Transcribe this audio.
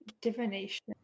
Divination